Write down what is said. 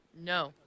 No